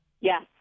Yes